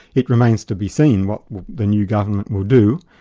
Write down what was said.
it remains to be seen what the new government will do.